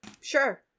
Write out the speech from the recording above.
Sure